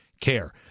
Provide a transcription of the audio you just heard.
care